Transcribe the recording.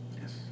Yes